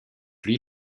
lui